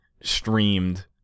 streamed